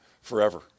forever